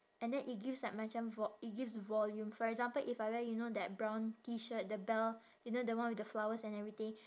and then it gives like macam vo~ it gives volume for example if I wear you know that brown T shirt the bell you know the one with the flowers and everything